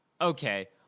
Okay